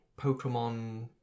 Pokemon